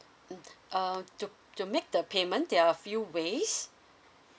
mm err to to make the payment there are a few ways